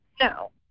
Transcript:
No